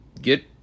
Get